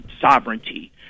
sovereignty